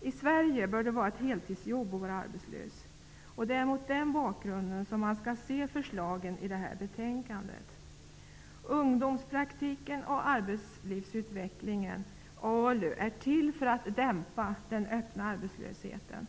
I Sverige bör det vara ett heltidsjobb att vara arbetslös. Det är mot den bakgrunden som man skall se förslagen i detta betänkande. ALU, är till för att dämpa den öppna arbetslösheten.